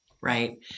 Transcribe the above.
Right